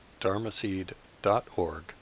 dharmaseed.org